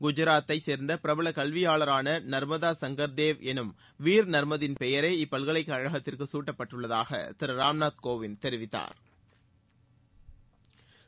குஜராத்தைச் சேர்ந்த பிரபல கல்வியாளரான நாமதா சங்கா்தேவ் என்னும் வீர் நாமதின் பெயரே இப்பல்கலைக்கழகத்திற்கு சூட்டப்பட்டுள்ளதாக திரு ராம்நாத் கோவிந்த தெரிவித்தாா்